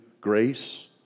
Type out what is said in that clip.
Grace